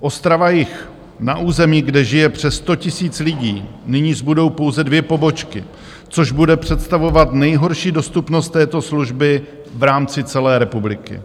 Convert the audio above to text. OstravaJih: Na území, kde žije přes 100 000 lidí, nyní zbudou pouze dvě pobočky, což bude představovat nejhorší dostupnost této služby v rámci celé republiky.